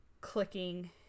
clicking